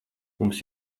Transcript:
mums